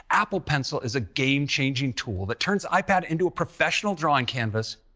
apple pencil is a game-changing tool that turns ipad into a professional drawing canvas,